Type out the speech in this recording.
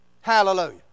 Hallelujah